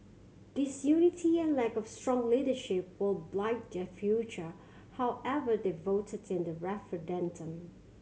disunity and lack of strong leadership will blight their future however they voted in the referendum